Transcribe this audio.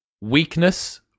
weakness